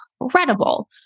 incredible